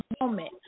moment